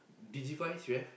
Digivise you have